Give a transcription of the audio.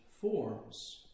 forms